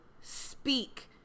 speak